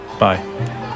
Bye